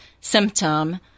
symptom